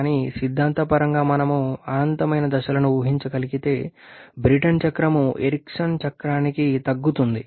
కానీ సిద్ధాంతపరంగా మనం అనంతమైన దశలను ఊహించగలిగితే బ్రేటన్ చక్రం ఎరిక్సన్ చక్రానికి తగ్గుతుంది